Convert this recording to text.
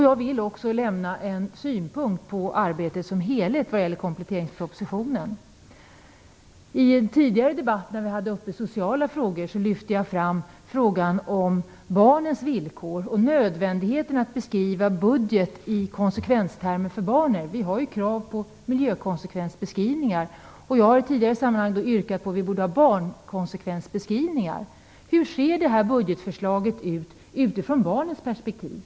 Jag vill också lämna en synpunkt på arbetet som helhet när det gäller kompletteringspropositionen. I en tidigare debatt om sociala frågor lyfte jag fram barnens villkor och nödvändigheten att beskriva budgeten i konsekvenstermer för barnen. Vi har krav på miljökonsekvensbeskrivningar, och jag har i tidigare sammanhang yrkat att vi borde ha barnkonsekvensbeskrivningar. Hur ser det här budgetförslaget ut ur barnens perspektiv?